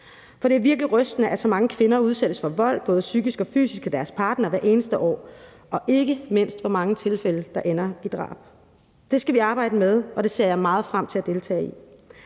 For det er virkelig rystende, at så mange kvinder udsættes for vold, både psykisk og fysisk, af deres partner hvert eneste år, og ikke mindst hvor mange tilfælde der ender i drab. Det skal vi arbejde med, og det ser jeg meget frem til at deltage i.